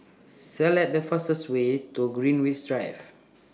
Select The fastest Way to Greenwich Drive